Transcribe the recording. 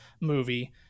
movie